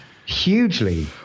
Hugely